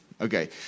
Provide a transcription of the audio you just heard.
Okay